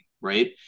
right